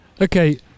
Okay